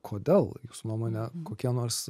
kodėl jūsų nuomone kokie nors